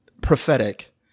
prophetic